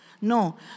No